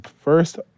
first